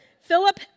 Philip